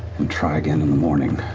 and try again in the morning.